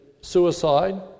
suicide